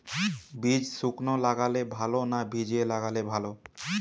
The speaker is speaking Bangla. বীজ শুকনো লাগালে ভালো না ভিজিয়ে লাগালে ভালো?